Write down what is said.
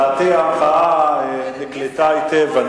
לדעתי, המחאה נקלטה היטב.